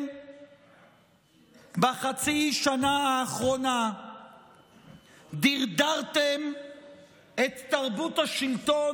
בחצי השנה האחרונה דרדרתם את תרבות השלטון